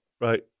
Right